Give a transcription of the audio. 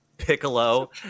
Piccolo